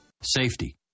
Safety